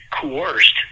coerced